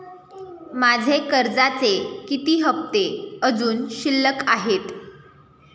माझे कर्जाचे किती हफ्ते अजुन शिल्लक आहेत?